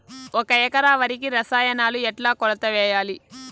ఒక ఎకరా వరికి రసాయనాలు ఎట్లా కొలత వేయాలి?